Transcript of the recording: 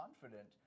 confident